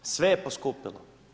Sve je poskupilo.